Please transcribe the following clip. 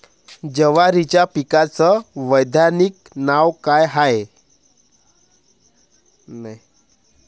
जवारीच्या पिकाचं वैधानिक नाव का हाये?